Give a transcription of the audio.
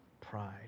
pride